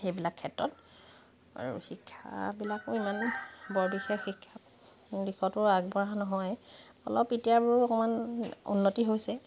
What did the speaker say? সেইবিলাক ক্ষেত্ৰত আৰু শিক্ষাবিলাকো ইমান বৰ বিশেষ শিক্ষা দিশতো আগবঢ়া নহয় অলপ এতিয়াবোৰ অকমান উন্নতি হৈছে